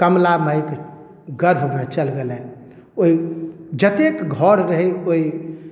कमला मायके गर्भमे चलि गेलनि ओइ जतेक घर रहै ओइ